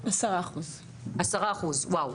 10%. 10%. וואו.